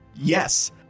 Yes